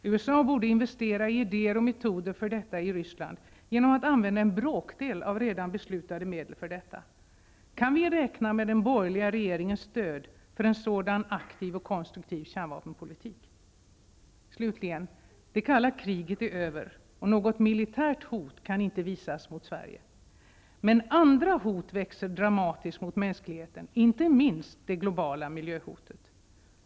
USA borde investera i idéer och metoder för detta i Ryssland genom att använda en bråkdel av redan beslutade medel för detta. Kan vi räkna med den borgerliga regeringens stöd för en sådan aktiv och konstruktiv kärnvapenpolitik? Slutligen: Det kalla kriget är över, och något militärt hot kan inte visas mot Sverige. Men andra hot mot mänskligheten växer dramatiskt, inte minst det globala miljöhotet.